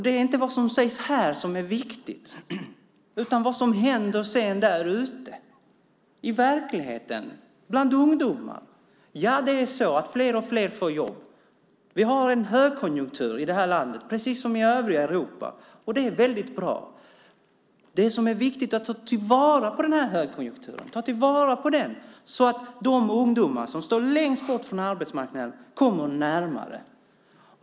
Det är inte vad som sägs här som är viktigt, utan vad som sedan händer där ute i verkligheten bland ungdomar. Ja, fler och fler får jobb. Vi har en högkonjunktur i det här landet, precis som i övriga Europa, och det är väldigt bra. Det som är viktigt är att ta till vara den här högkonjunkturen så att de ungdomar som står längst bort från arbetsmarknaden kommer närmare.